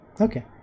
okay